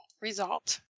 result